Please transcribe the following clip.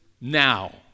now